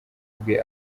bwe